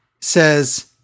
says